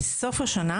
בסוף השנה,